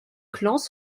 clans